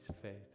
faith